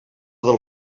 del